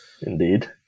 Indeed